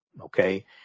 okay